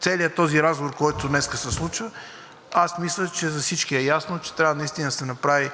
целият този разговор, който днес се случва, аз мисля, че за всички е ясно, че трябва наистина да се направи